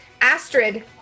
Astrid